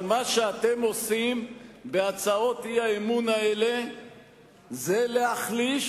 אבל מה שאתם עושים בהצעות האי-אמון האלה זה להחליש,